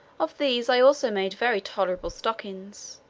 of these i also made very tolerable stockings.